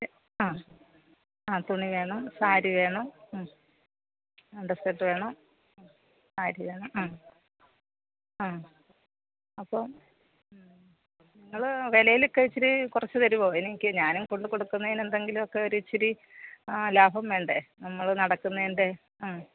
ആ ആ തുണി വേണം സാരി വേണം അണ്ടർസ്കേട്ട് വേണം സാരി വേണം അപ്പോൾ നിങ്ങൾ വിലയിലൊക്കെ ഇച്ചിരി കുറച്ച് തരുവോ എനിക്ക് ഞാനും കൊണ്ടക്കൊടുക്കുന്നതിന് എന്തെങ്കിലുമൊക്കെ ഒരിച്ചിരി ലാഭം വേണ്ടേ നമ്മൾ നടക്കുന്നതിന്റെ